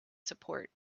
support